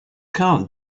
can’t